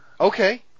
Okay